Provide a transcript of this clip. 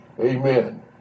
Amen